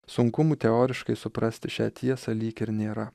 sunkumų teoriškai suprasti šią tiesą lyg ir nėra